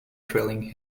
trailing